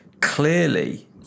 clearly